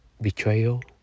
Betrayal